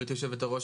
גברתי יושבת-הראש,